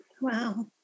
Wow